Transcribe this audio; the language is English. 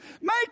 Make